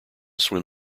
swim